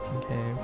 okay